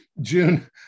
June